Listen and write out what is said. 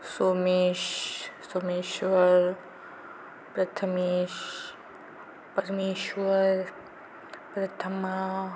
Somesh Someshwar Prathamesh Parmeshwar Prathama